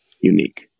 unique